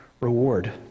reward